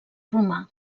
romà